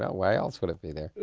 ah why else would it be there?